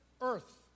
earth